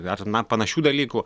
ar na panašių dalykų